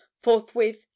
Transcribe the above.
forthwith